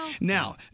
Now